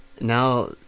Now